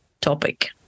topic